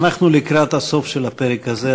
אנחנו לקראת הסוף של הפרק הזה,